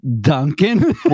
Duncan